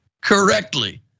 correctly